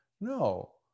No